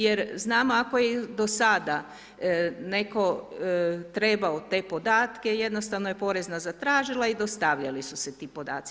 Jer znamo ako je do sada netko trebao te podatke, jednostavno je Porezna zatražila i dostavljali su se ti podaci.